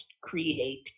create